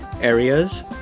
Areas